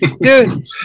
Dude